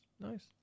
Nice